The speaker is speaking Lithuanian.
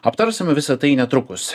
aptarsime visa tai netrukus